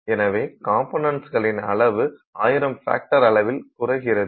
எனவே காம்போனண்ட்களின் அளவு 1000 பேஃட்டர் அளவில் குறைக்கிறது